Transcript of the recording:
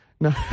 No